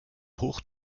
hoch